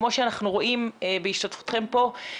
כמו שאנחנו רואים בהשתתפותכם פה,